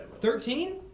thirteen